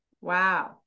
Wow